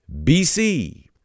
BC